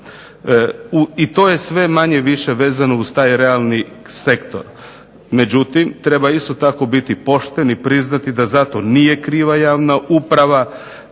I to je sve manje više vezano uz taj realni sektor, međutim isto tako treba biti pošten i priznati da zato nije kriva javna uprava